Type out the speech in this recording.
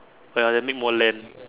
ya then make more land